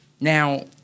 Now